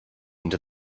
into